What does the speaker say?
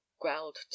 growled